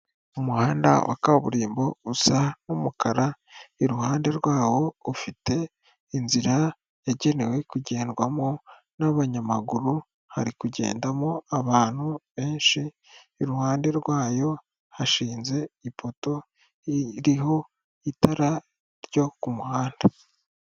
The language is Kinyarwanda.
Umuhanda wa kaburimbo usa n'umukara, iruhande rwawo ufite inzira yagenewe kugendwamo n'abanyamaguru, hari kugendamo abantu benshi, iruhande rwayo hashinze ipoto ririho itara ryo ku muhanda.